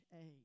age